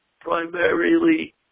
primarily